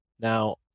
now